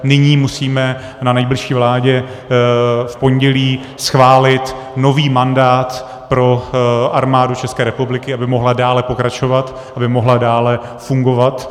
Nyní musíme na nejbližší vládě v pondělí schválit nový mandát pro Armádu ČR, aby mohla dále pokračovat, aby mohla dále fungovat.